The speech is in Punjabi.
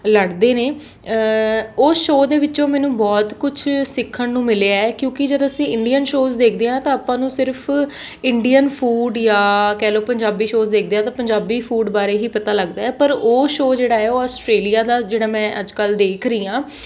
ਲੜਦੇ ਨੇ ਉਹ ਸ਼ੋਅ ਦੇ ਵਿੱਚੋਂ ਮੈਨੂੰ ਬਹੁਤ ਕੁਛ ਸਿੱਖਣ ਨੂੰ ਮਿਲਿਆ ਹੈ ਕਿਉਂਕਿ ਜਦ ਅਸੀਂ ਇੰਡੀਅਨ ਸ਼ੋਅਜ਼ ਦੇਖਦੇ ਹਾਂ ਤਾਂ ਆਪਾਂ ਨੂੰ ਸਿਰਫ਼ ਇੰਡੀਅਨ ਫੂਡ ਜਾਂ ਕਹਿ ਲਉ ਪੰਜਾਬੀ ਸ਼ੋਅਜ਼ ਦੇਖਦੇ ਹਾਂ ਤਾਂ ਪੰਜਾਬੀ ਫੂਡ ਬਾਰੇ ਹੀ ਪਤਾ ਲੱਗਦਾ ਪਰ ਉਹ ਸ਼ੋਅ ਜਿਹੜਾ ਹੈ ਉਹ ਆਸਟ੍ਰੇਲੀਆ ਦਾ ਜਿਹੜਾ ਮੈਂ ਅੱਜ ਕੱਲ੍ਹ ਦੇਖ ਰਹੀ ਹਾਂ